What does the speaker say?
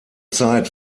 zeit